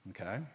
Okay